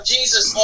Jesus